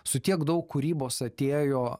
su tiek daug kūrybos atėjo